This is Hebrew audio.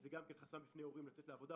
גם זה חסם בפני הורים לצאת לעבודה.